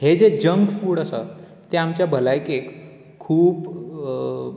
हें जें junk food आसा तें आमचे भलायकेक खूब